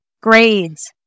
grades